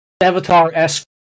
Avatar-esque